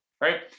right